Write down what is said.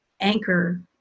anchor